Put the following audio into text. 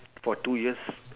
for two years